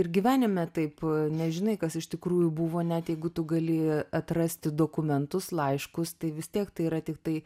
ir gyvenime taip nežinai kas iš tikrųjų buvo net jeigu tu gali atrasti dokumentus laiškus tai vis tiek tai yra tiktai